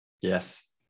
yes